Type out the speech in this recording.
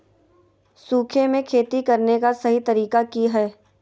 सूखे में खेती करने का सही तरीका की हैय?